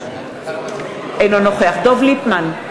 אינו נוכח דב ליפמן,